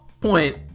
point